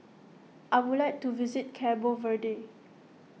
I would like to visit Cabo Verde